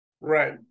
Right